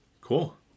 Cool